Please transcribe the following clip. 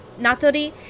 Natori